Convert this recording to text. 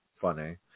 funny